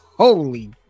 Holy